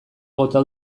bota